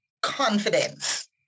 confidence